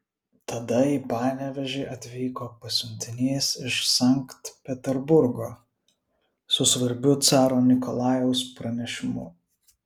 tada į panevėžį atvyko pasiuntinys iš sankt peterburgo su svarbiu caro nikolajaus pranešimu